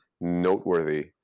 noteworthy